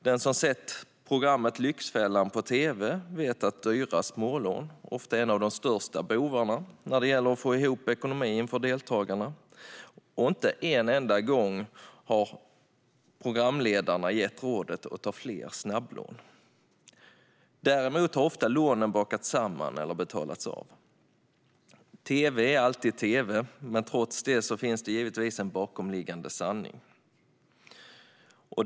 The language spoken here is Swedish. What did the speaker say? Den som har sett programmet Lyxfällan på tv vet att dyra smålån ofta är en av de största bovarna när det gäller att få ihop ekonomin för deltagarna, och inte en enda gång har programledarna gett rådet att ta fler snabblån. Däremot har lånen ofta bakats samman eller betalats av. Tv är alltid tv, men trots det finns det givetvis en bakomliggande sanning.